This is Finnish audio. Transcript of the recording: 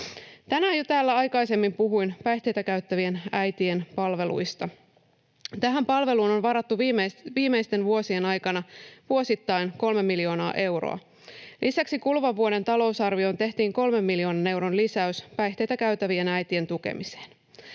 lisääviä. Jo aikaisemmin tänään puhuin päihteitä käyttävien äitien palveluista. Tähän palveluun on varattu viimeisten vuosien aikana vuosittain 3 miljoonaa euroa. Lisäksi kuluvan vuoden talousarvioon tehtiin 3 miljoonan euron lisäys päihteitä käyttävien äitien tukemiseen.